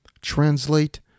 Translate